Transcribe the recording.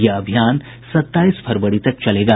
यह अभियान सताईस फरवरी तक चलेगा